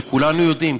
שכולנו יודעים.